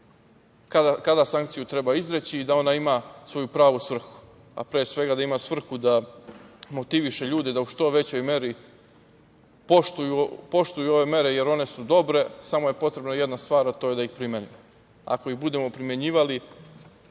kada sankciju treba izreći, da bi ona imala svoju pravu svrhu, a pre svega da ima svrhu da motiviše ljude da u što većoj meri poštuju ove mere, jer one su dobre, samo je potrebna jedna stvar, a to je da ih primenimo. Ako ih budemo primenjivali,